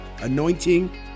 anointing